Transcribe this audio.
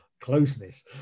closeness